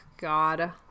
God